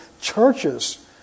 churches